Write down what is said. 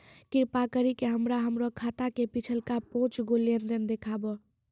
कृपा करि के हमरा हमरो खाता के पिछलका पांच गो लेन देन देखाबो